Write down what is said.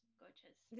gorgeous